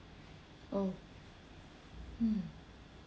oh mm